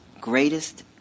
greatest